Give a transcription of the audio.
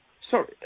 Sorry